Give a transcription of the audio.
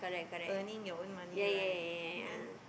earning your own money right then